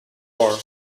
are